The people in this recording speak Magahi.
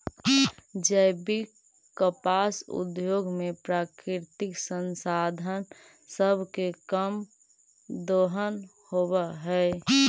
जैविक कपास उद्योग में प्राकृतिक संसाधन सब के कम दोहन होब हई